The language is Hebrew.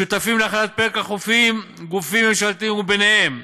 שותפים להכנת פרק החופים גופים ממשלתיים, ובהם,